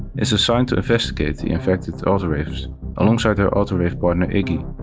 is assigned to investigate the infected autoreivs alongside her autoreiv partner iggy.